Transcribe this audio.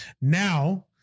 Now